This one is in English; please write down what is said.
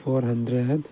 four hundred